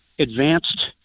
Advanced